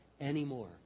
anymore